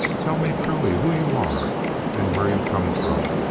tell me truly who you are and where you come from,